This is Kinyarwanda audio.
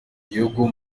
gihugu